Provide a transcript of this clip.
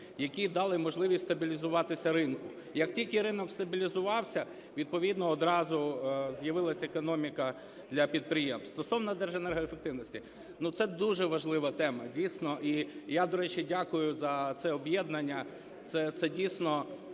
які дали можливість стабілізуватися ринку. Як тільки ринок стабілізувався, відповідно одразу з'явилась економіка для підприємств. Стосовно Держенергоефективності. Ну, це дуже важлива тема дійсно. І я, до речі, дякую за це об'єднання.